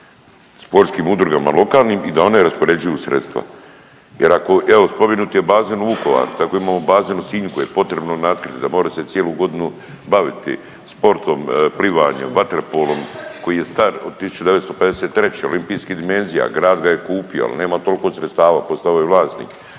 sportskim udrugama lokalnim i da one raspoređuju sredstva jer ako, evo spomenut je bazen u Vukovaru, tako imamo bazen u Sinju koji je potrebno natkrit da more se cijelu godinu baviti sportom, plivanjem, vaterpolom koji je star od 1953., olimpijskih dimenzija, grad ga je kupio, al nema tolko sredstva, postao je vlasnik,